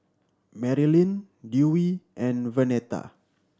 Merilyn Dewey and Vernetta